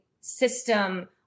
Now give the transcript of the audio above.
system